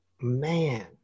man